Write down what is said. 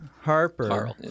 Harper